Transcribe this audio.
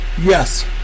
yes